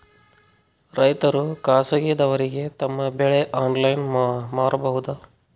ರೈತರು ಖಾಸಗಿದವರಗೆ ತಮ್ಮ ಬೆಳಿ ಆನ್ಲೈನ್ ಮಾರಬಹುದು?